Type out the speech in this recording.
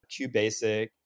QBasic